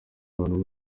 abantu